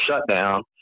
shutdown